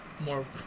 more